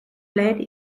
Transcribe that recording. blade